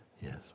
Yes